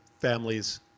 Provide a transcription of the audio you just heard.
families